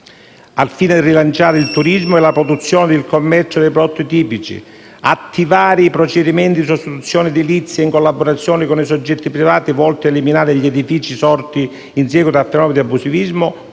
al fine di rilanciare il turismo, la produzione e il commercio dei prodotti tipici; attivare i procedimenti di sostituzione edilizia, in collaborazione con i soggetti privati, volti a eliminare gli edifici sorti in seguito a fenomeni di abusivismo;